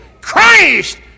Christ